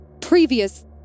previous